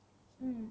mm